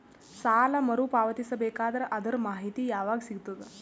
ಸಾಲ ಮರು ಪಾವತಿಸಬೇಕಾದರ ಅದರ್ ಮಾಹಿತಿ ಯವಾಗ ಸಿಗತದ?